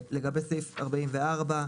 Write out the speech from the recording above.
לגבי סעיף 44,